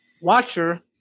Watcher